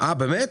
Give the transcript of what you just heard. באמת?